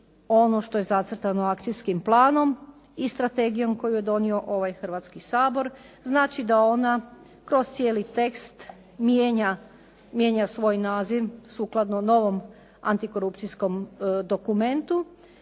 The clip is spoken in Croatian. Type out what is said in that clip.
ono što je zacrtano akcijskim planom i strategijom koju je donio ovaj Hrvatski sabor. Znači da ona kroz cijeli tekst mijenja svoj naziv sukladno novom antikorupcijskom dokumentu,